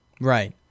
Right